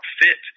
fit